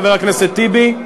חבר הכנסת טיבי?